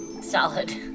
Solid